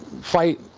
fight